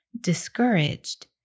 discouraged